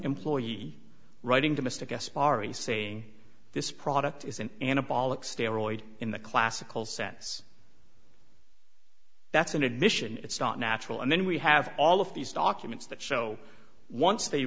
employee writing to mr guest are you saying this product is an anabolic steroids in the classical sense that's an admission it's not natural and then we have all of these documents that show once they